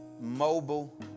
mobile